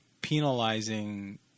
penalizing